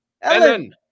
Ellen